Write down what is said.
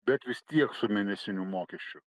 bet vis tiek su mėnesiniu mokesčiu